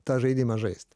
tą žaidimą žaist